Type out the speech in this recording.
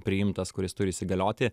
priimtas kuris turi įsigalioti